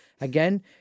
again